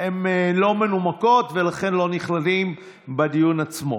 הן לא מנומקות ולכן הן לא נכללות בדיון עצמו.